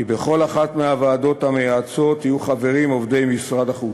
כי בכל אחת מהוועדות המייעצות יהיו חברים עובדי משרד החוץ.